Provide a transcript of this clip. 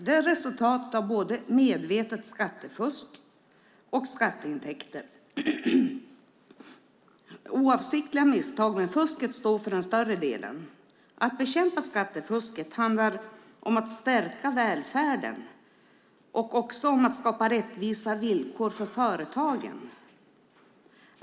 Det är resultatet av både medvetet skattefusk och oavsiktliga misstag, men fusket står för den större delen. Att bekämpa skattefusket handlar om att stärka välfärden och också om att skapa rättvisa villkor för företagen.